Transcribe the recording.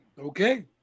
Okay